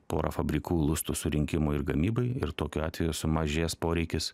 porą fabrikų lustų surinkimui ir gamybai ir tokiu atveju sumažės poreikis